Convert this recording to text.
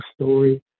story